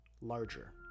larger